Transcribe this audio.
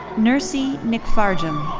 nercy nikfarjam.